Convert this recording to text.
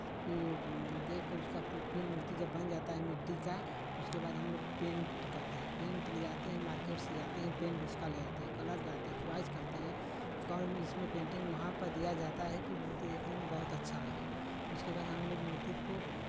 कि देख के उसका फिर मूर्ती जब बन जाता है मिट्टी का उसके बाद हमलोग पेंट करते हैं पेंट ले जाते हैं मार्केट से जाते हैं पेंट उसका ले जाते हैं कलर लाते हैं च्वाइस करते हैं कि कौन इसमें पेंटिंग वहां पर दिया जाता है कि मूर्ती देखने में बहुत अच्छा लगे उसके बाद हमलोग मूर्ती को